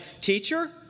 teacher